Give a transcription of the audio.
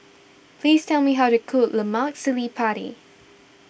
please tell me how to cook Lemak Cili Padi